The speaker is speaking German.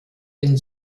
den